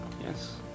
Yes